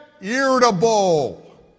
irritable